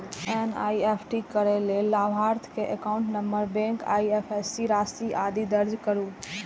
NEFT करै लेल लाभार्थी के एकाउंट नंबर, बैंक, आईएपएससी, राशि, आदि दर्ज करू